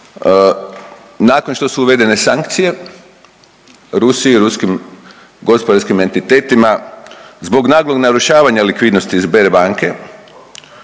Nakon što su uvedene sankcije Rusiji i ruskim gospodarskim entitetima, zbog naglog narušavanja likvidnosti Sberbanke,